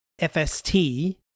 FST